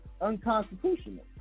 unconstitutional